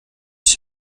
ich